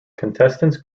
contestants